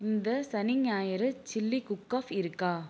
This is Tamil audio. இந்த சனி ஞாயிறு சில்லி குக் ஆஃப் இருக்கா